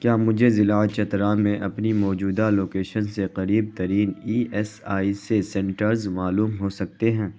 کیا مجھے ضلع چترا میں اپنی موجودہ لوکیشن سے قریب ترین E S I C centres معلوم ہو سکتے ہیں